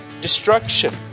destruction